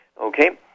Okay